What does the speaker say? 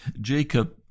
Jacob